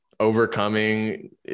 overcoming